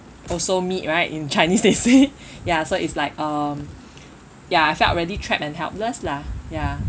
also meet right in chinese they say ya so it's like um ya I felt really trapped and helpless lah ya